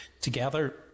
together